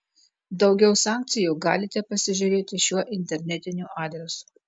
daugiau sankcijų galite pasižiūrėti šiuo internetiniu adresu